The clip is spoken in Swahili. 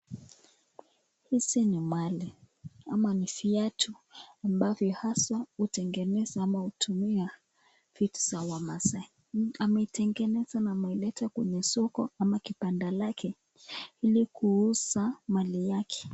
Hizi ni mali ama ni viatu ambavyo haswa hutengeneza hutumia vitui za wamasai. Ametengeneza na kuleta kwenye soko ama kibanda lake ili kuuza mali yake.